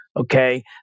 okay